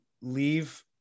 leave